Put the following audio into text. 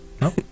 No